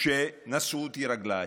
שנשאו אותי רגליי,